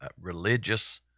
religious